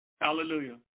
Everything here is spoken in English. Hallelujah